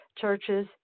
churches